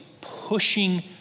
pushing